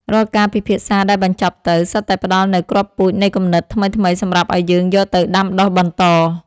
រាល់ការពិភាក្សាដែលបញ្ចប់ទៅ សុទ្ធតែផ្ដល់នូវគ្រាប់ពូជនៃគំនិតថ្មីៗសម្រាប់ឱ្យយើងយកទៅដាំដុះបន្ត។